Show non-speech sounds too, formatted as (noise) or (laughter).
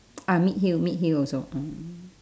ah mid heel mid heel also (noise)